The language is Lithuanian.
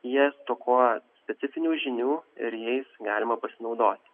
jie stokoja specifinių žinių ir jais galima pasinaudoti